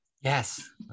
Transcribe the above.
Yes